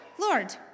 Lord